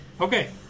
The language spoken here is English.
Okay